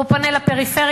הוא פונה לפריפריה,